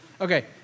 okay